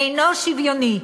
אינו שוויוני,